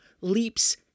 leaps